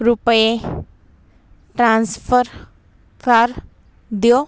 ਰੁਪਏ ਟ੍ਰਾਂਸਫਰ ਕਰ ਦਿਓ